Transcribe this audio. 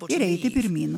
ir eiti pirmyn